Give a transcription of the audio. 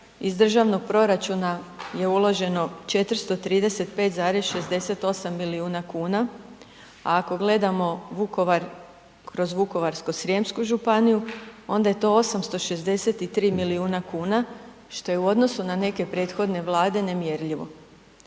Iz državnog proračuna je uloženo 435,68 milijuna kuna, a ako gledamo Vukovar kroz Vukovarsko-srijemsku županiju onda je to 863 miliona kuna što je u odnosu na neke prethodne vlade nemjerljivo.